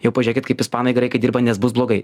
jau pažiūrėkit kaip ispanai graikai dirba nes bus blogai